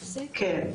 כן,